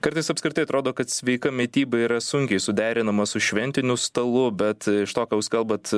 kartais apskritai atrodo kad sveika mityba yra sunkiai suderinama su šventiniu stalu bet iš to ką jūs kalbat